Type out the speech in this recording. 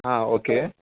okay